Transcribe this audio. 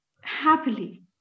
happily